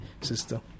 sister